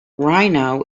rhino